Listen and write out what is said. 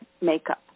makeup